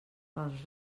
pels